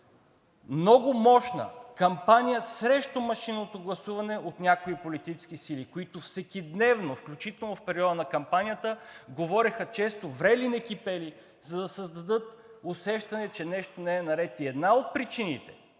много мощна кампания срещу машинното гласуване от някои политически сили, които всекидневно, включително в периода на кампанията, говореха често врели-некипели, за да създадат усещане, че нещо не е наред. Една от причините